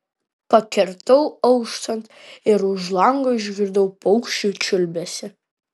pakirdau auštant ir už lango išgirdau paukščių čiulbesį